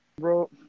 bro